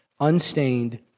unstained